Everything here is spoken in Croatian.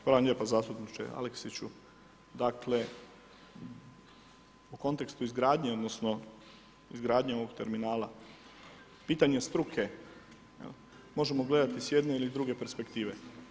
Hvala vam lijepa zastupniče Aleksiću, dakle, u kontekstu izgradnje, odnosno, izgradnje ovog terminala, pitanje struke, možemo gledati s jedne ili s druge perspektive.